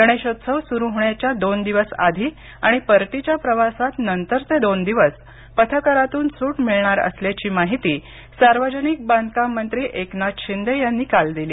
गणेशोत्सव सुरू होण्याच्या दोन दिवस आधी आणि परतीच्या प्रवासात नंतरचे दोन दिवस पथकारातून सूट मिळणार असल्याची माहिती सार्वजनिक बांधकाम मंत्री एकनाथ शिंदे यांनी काल दिली